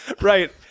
Right